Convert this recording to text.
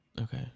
okay